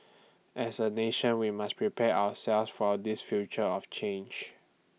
as A nation we must prepare ourselves for this future of change